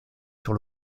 sur